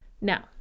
Now